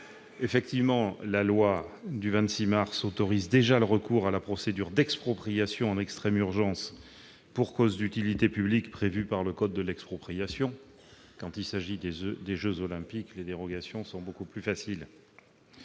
Jeux de 2024. La loi autorise déjà le recours à la procédure d'expropriation en extrême urgence pour cause d'utilité publique prévue par le code de l'expropriation. Quand il s'agit des jeux Olympiques, les dérogations sont beaucoup plus faciles.